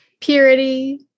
purity